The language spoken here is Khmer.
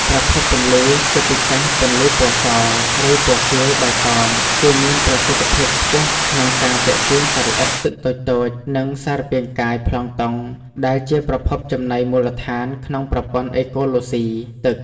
ប្រភពពន្លឺ ជាពិសេសពន្លឺពណ៌ស ឬពណ៌ខៀវ-បៃតង គឺមានប្រសិទ្ធភាពខ្ពស់ក្នុងការទាក់ទាញសត្វល្អិតទឹកតូចៗ និងសារពាង្គកាយប្លង់តុង ដែលជាប្រភពចំណីមូលដ្ឋានក្នុងប្រព័ន្ធអេកូឡូស៊ីទឹក។